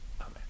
amen